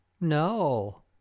No